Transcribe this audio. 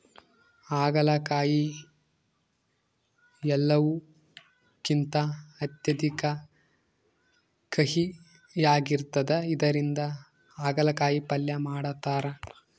ಆಗಲಕಾಯಿ ಎಲ್ಲವುಕಿಂತ ಅತ್ಯಧಿಕ ಕಹಿಯಾಗಿರ್ತದ ಇದರಿಂದ ಅಗಲಕಾಯಿ ಪಲ್ಯ ಮಾಡತಾರ